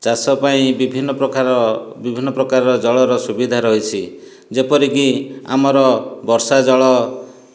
ଚାଷ ପାଇଁ ବିଭିନ୍ନ ପ୍ରକାର ବିଭିନ୍ନ ପ୍ରକାରର ଜଳର ସୁବିଧା ରହିଛି ଯେପରିକି ଆମର ବର୍ଷା ଜଳ